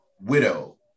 Widow